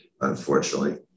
unfortunately